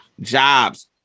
jobs